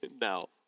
Now